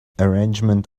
arrangement